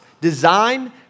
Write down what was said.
design